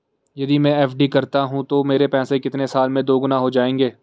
यदि मैं एफ.डी करता हूँ तो मेरे पैसे कितने साल में दोगुना हो जाएँगे?